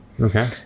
Okay